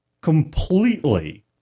completely